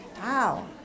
Wow